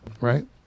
right